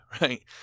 right